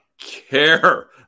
care